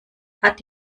hat